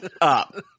up